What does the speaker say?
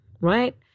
Right